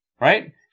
Right